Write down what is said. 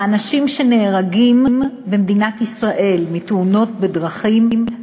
האנשים שנהרגים במדינת ישראל מתאונות בדרכים,